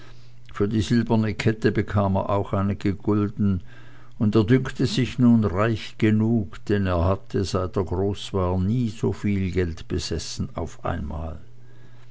für die silberne kette bekam er auch einige gulden und er dünkte sich nun reich genug denn er hatte seit er groß war nie so viel geld besessen auf einmal